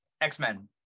X-Men